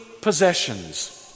possessions